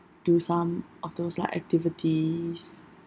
do some of those like activities